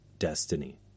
Destiny